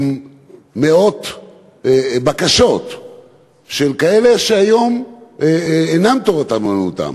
עם מאות בקשות של כאלה שכיום אין תורתם אומנותם,